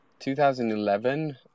2011